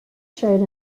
showed